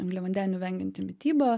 angliavandenių vengianti mityba